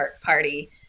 party